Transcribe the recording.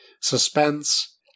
suspense